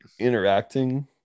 interacting